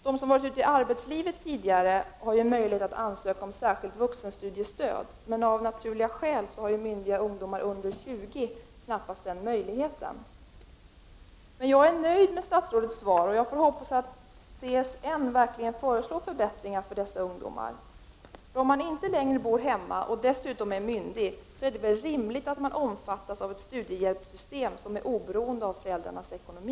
De som har varit ute i arbetslivet tidigare har ju möjlighet att ansöka om särskilt vuxenstudiestöd, men av naturliga skäl har myndiga ungdomar under 20 år knappast den möjligheten. Men jag är nöjd med statsrådets svar och jag får hoppas att CSN verkligen föreslår förbättringar för dessa ungdomar. Då man inte längre bor hemma och dessutom är myndig, är det väl rimligt att man omfattas av ett studiehjälpssystem som är oberoende av föräldrarnas ekonomi.